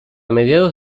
mediados